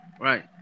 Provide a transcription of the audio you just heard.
right